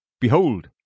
Behold